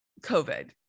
COVID